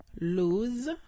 Lose